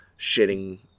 shitting